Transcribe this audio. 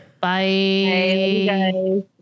Bye